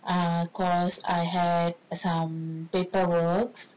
err because I had some paperworks